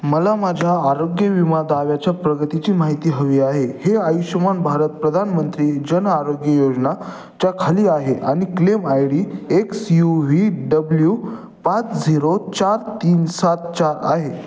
मला माझ्या आरोग्य विमा दाव्याच्या प्रगतीची माहिती हवी आहे हे आयुष्यमान भारत प्रधानमंत्री जन आरोग्य योजना च्या खाली आहे आणि claim I D X U V W पाच झिरो चार तीन सात चार आहे